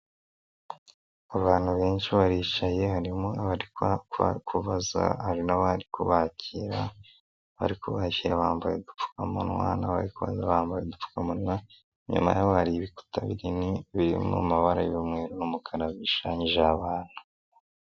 Abantu benshi baricaye harimo abari kubaza, hari n'abari kubakira abari kubakira bambaye udupfukamunwa, n'abari kuza bambaye udupfukamunwa, inyuma y'abo hari ibikuta binini biri mu mabara y'umweru n'umukara bishushanyijeho abantu.